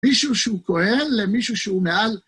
מישהו שהוא כהן למישהו שהוא מעל.